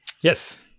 yes